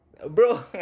Bro